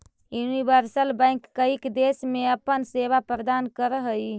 universal bank कईक देश में अपन सेवा प्रदान करऽ हइ